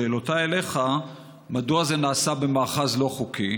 שאלותיי אליך: מדוע זה נעשה במאחז לא חוקי?